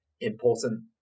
important